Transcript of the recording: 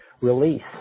release